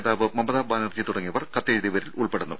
നേതാവ് മമതാ ബാനർജി തുടങ്ങിയവർ കത്തെഴുതിയവരിൽ ഉൾപ്പെടുന്നു